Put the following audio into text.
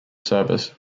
service